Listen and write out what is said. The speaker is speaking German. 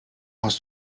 hast